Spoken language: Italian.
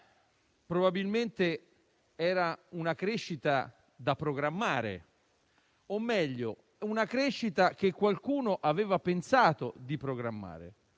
Probabilmente era una crescita da programmare, o meglio, una crescita che qualcuno aveva pensato di programmare.